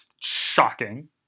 Shocking